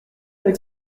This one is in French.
avec